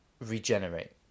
regenerate